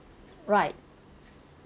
right